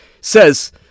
says